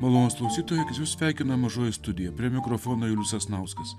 malonūs klausytojai sveikina mažoji studija prie mikrofono julius sasnauskas